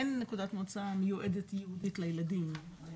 אין נקודת מוצא המיועדת ייעודית לילדים.